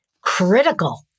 critical